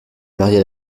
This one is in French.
mariée